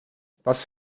dass